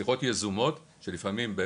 שיחות יזומות שלפעמים,